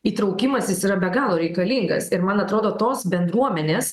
įtraukimas jis yra be galo reikalingas ir man atrodo tos bendruomenės